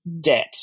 debt